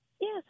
Yes